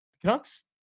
Canucks